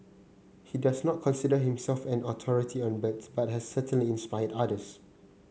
he does not consider himself an authority on birds but has certainly inspired others